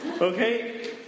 okay